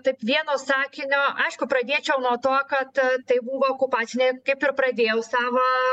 taip vieno sakinio aišku pradėčiau nuo to kad tai buvo okupacinė kaip ir pradėjau savo